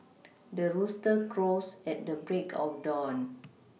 the rooster crows at the break of dawn